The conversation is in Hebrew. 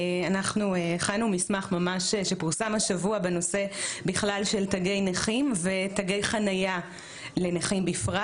אנחנו הכנו מסמך שפורסם השבוע בנושא תגי נכים ותגי חניה לנכים בפרט.